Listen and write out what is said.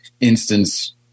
instance